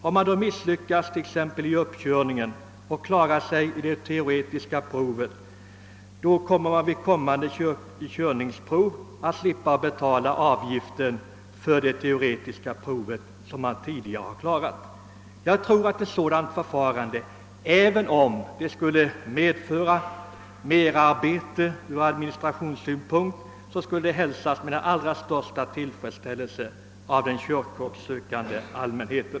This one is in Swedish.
Har man då misslyckats i uppkörningen men klarat sig vid det teoretiska provet slipper man vid ett kommande körkortsprov att betala avgiften för det teoretiska provet, som man tidigare har klarat. Även om ett sådant förfarande skulle innebära merarbete från administrativ synpunkt tror jag att det skulle hälsas med den allra största tillfredsställelse av den körkortssökande allmänheten.